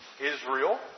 Israel